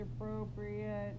appropriate